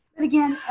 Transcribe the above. and again,